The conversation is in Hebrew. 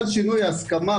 ההחלטה על שינוי ההסכמה,